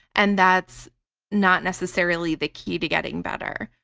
and that's not necessarily the key to getting better.